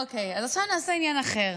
אוקיי, אז עכשיו נעשה עניין אחר.